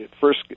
First